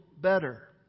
better